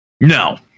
No